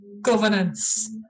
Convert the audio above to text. governance